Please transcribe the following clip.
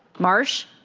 marsh?